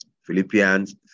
Philippians